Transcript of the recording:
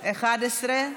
11?